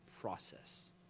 process